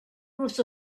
groups